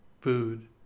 food